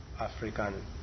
African